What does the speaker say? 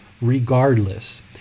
regardless